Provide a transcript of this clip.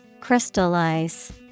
Crystallize